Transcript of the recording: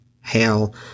hail